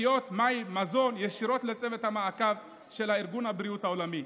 תשתיות מים ומזון ישירות לצוות המעקב של ארגון הבריאות העולמי.